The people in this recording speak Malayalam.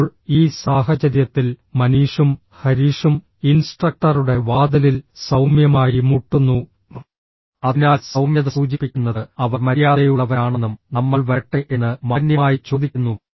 ഇപ്പോൾ ഈ സാഹചര്യത്തിൽ മനീഷും ഹരീഷും ഇൻസ്ട്രക്ടറുടെ വാതിലിൽ സൌമ്യമായി മുട്ടുന്നു അതിനാൽ സൌമ്യത സൂചിപ്പിക്കുന്നത് അവർ മര്യാദയുള്ളവരാണെന്നും നമ്മൾ വരട്ടെ എന്ന് മാന്യമായി ചോദിക്കുന്നു